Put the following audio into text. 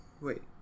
Wait